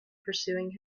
pursuing